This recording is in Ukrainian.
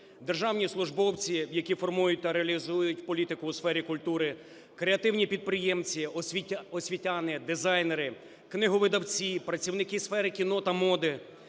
Державні службовці, які формують та реалізують політику у сфері культури, креативні підприємці, освітяни, дизайнери, книговидавці, працівники сфери кіно та моди,